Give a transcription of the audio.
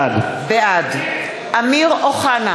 בעד אמיר אוחנה,